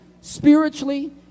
spiritually